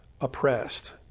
oppressed